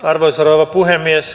arvoisa rouva puhemies